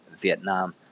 Vietnam